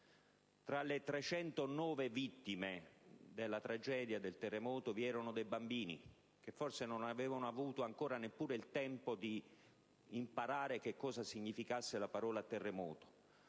Tra le 309 vittime del tragico terremoto vi erano dei bambini, che forse non avevano avuto neppure il tempo di imparare cosa significasse la parola «terremoto»;